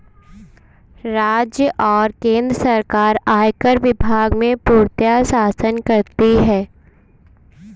राज्य और केन्द्र सरकार आयकर विभाग में पूर्णतयः शासन करती हैं